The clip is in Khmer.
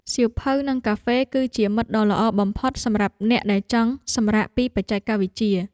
សៀវភៅ និងកាហ្វេ គឺជាមិត្តដ៏ល្អបំផុតសម្រាប់អ្នកដែលចង់សម្រាកពីបច្ចេកវិទ្យា។